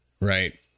right